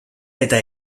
eta